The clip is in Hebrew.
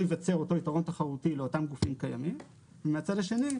ייווצר אותו עיקרון תחרותי ומהצד השני,